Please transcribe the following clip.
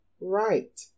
right